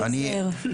עופר.